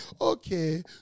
Okay